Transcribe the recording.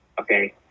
Okay